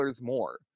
more